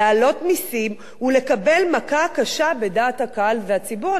להעלות מסים ולקבל מכה קשה בדעת הקהל והציבור.